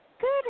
Good